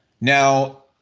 Now